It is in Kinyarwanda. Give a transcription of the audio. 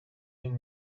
y’uyu